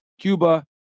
Cuba